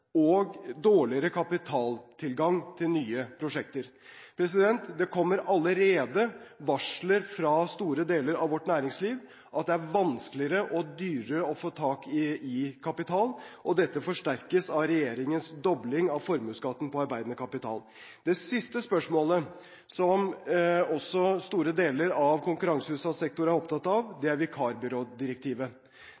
og dårligere kapitaltilgang til nye prosjekter. Det kommer allerede varsler fra store deler av vårt næringsliv om at det er vanskeligere og dyrere å få tak i kapital. Dette forsterkes av regjeringens dobling av formuesskatten på arbeidende kapital. Det siste spørsmålet, som også store deler av konkurranseutsatt sektor er opptatt av,